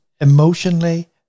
Emotionally